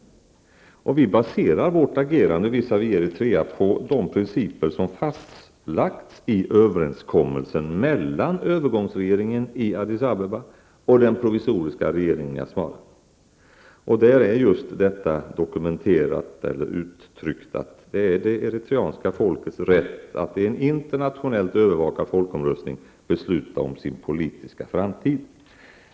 Vi baserar vårt agerande visavi Eritrea på de principer som fastlagts i överenskommelsen mellan övergångsregeringen i Addis Abeba och den provisoriska regeringen i Asmara. Där finns uttryckt att det är det eritreanska folkets rätt att i en internationellt övervakad folkomröstning besluta om sin politiska framtid.